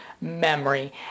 memory